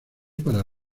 para